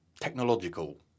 technological